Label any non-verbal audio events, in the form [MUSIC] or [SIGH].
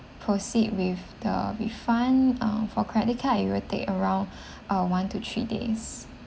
proceed with the refund uh for credit card it will take around [BREATH] uh one to three days